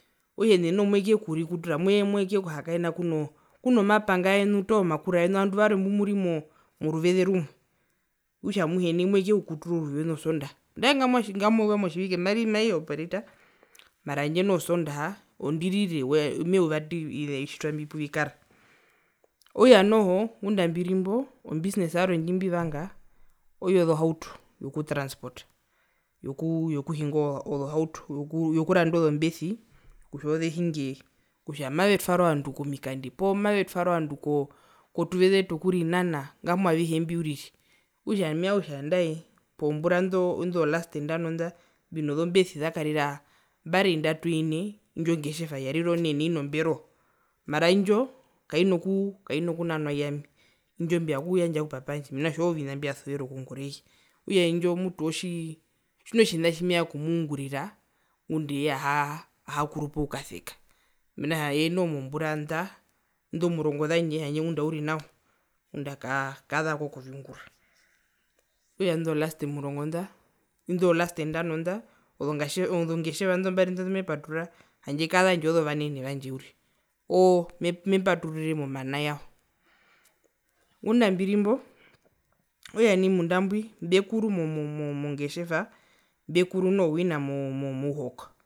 Okutja ene noho mwekuyekurikutura mweya mwekuhakaena kuno mapanga wenu toho omakura yenu ovandu varwe toho mbumuri poruveze rumwe okutja amuhe nai mweya okuyekukutura ouruvi wenu osondaha, andae ngamwa eyuva motjiveke mai operate mara handje osondaha ondiri ewa mehee eyuva ovitjitwa mbi puvikara, `okutja noho o busines yarwe ndjimbivanga oyozo hauto yoku transport yoku yoku yokuhinga ozohauto yokuranda ozombesi kutja ozo zehinge kutja mazetwara ovandu komikandi poo mavetwara ovandu ko kotuveze tokurinana ngamwa avihe mbi uriri okutja mevanga kutja andae pozombura indo zolaste ndano nda mbino zombesi zakarira ndano ine mbari ndatu ine indjo ngetjeva yarira onene ino mberoo, mara indjo kaina kuu kaina kunanwa iyami indjo mbivanga kuyandja ku papa wandje mena rokutja oovina mbiasuvera okungura eye, okutja indjo mutu otjii tjimuna otjina tjimevanga okumungurira ngundee ehaa kurupa okukaseka mena rokutjavii mozombura nda indo murongo zandje handje ngunda uri nawa ngunda kaa kazako koviungura, okutja indo zolaste omurongonda indo zolaste ndano nda ozongatje ozongetjeva indo mbari ndumepaturura handje kazandje ozo vanene vandje uriri oo mepatururire mena rao, ngunda mbirimbo okutjamunda mbwi mbekuru mo mongetjeva mbekuru mo momuhoko.